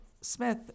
Smith